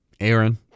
Aaron